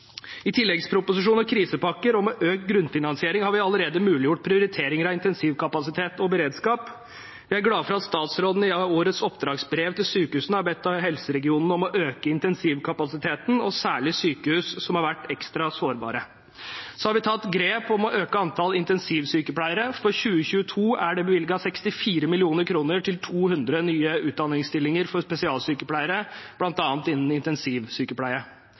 krisepakker og økt grunnfinansiering har vi allerede muliggjort prioriteringer av intensivkapasitet og beredskap. Vi er glad for at statsråden i årets oppdragsbrev til sykehusene har bedt helseregionene om å øke intensivkapasiteten, særlig i sykehus som har vært ekstra sårbare. Vi har også tatt grep om å øke antall intensivsykepleiere. For 2022 er det bevilget 64 mill. kr til 200 nye utdanningsstillinger for spesialsykepleiere, bl.a. innen